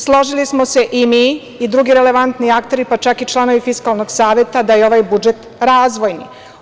Složili smo se i mi i drugi relevantni akteri, pa čak i članovi Fiskalnog saveta, da je ovaj budžet razvojni.